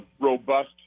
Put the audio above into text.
robust